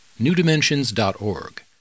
newdimensions.org